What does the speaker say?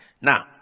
Now